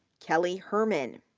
kelly herman,